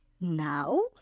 now